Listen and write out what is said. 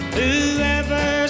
Whoever